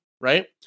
right